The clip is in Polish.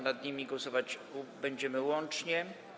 Nad nimi głosować będziemy łącznie.